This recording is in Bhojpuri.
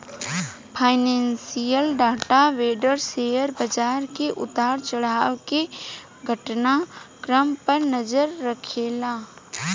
फाइनेंशियल डाटा वेंडर शेयर बाजार के उतार चढ़ाव के घटना क्रम पर नजर रखेला